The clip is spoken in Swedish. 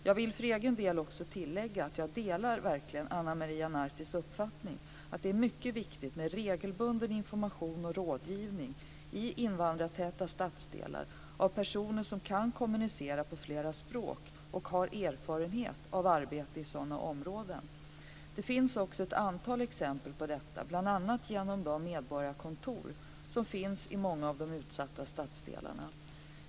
Jag vill för egen del också tillägga att jag verkligen delar Ana Maria Nartis uppfattning att det är mycket viktigt med regelbunden information och rådgivning i invandrartäta stadsdelar av personer som kan kommunicera på flera språk och som har erfarenhet av arbete i sådana områden. Det finns också ett antal exempel på detta, bl.a. genom de medborgarkontor som finns i många utsatta stadsdelar.